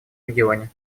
регионе